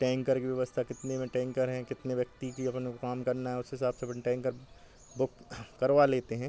tanker की व्यवस्था कितने में टैंकर हैं कितने व्यक्ति का अपन को काम करना है उस हिसाब से अपन टैंकर बुक करवा लेते हैं